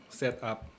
setup